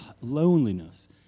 loneliness